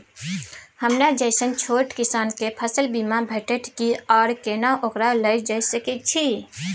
हमरा जैसन छोट किसान के फसल बीमा भेटत कि आर केना ओकरा लैय सकैय छि?